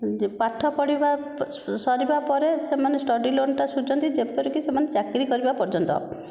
ପାଠ ପଢ଼ିବା ସରିବା ପରେ ସେମାନେ ଷ୍ଟଡ଼ି ଲୋନଟା ସୁଝନ୍ତି ଯେପରିକି ସେମାନେ ଚାକିରୀ କରିବା ପର୍ଯ୍ୟନ୍ତ